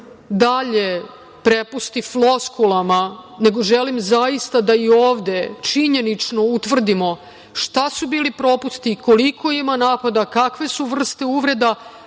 dalje prepusti floskulama, nego želim zaista da i ovde činjenično utvrdimo šta su bili propusti, koliko ima napada, kakve su vrste uvreda,